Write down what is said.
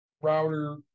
router